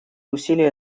усилия